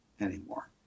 anymore